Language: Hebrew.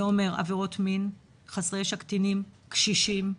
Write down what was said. זה אומר, עבירות מין, חסרי ישע קטינים, קשישים,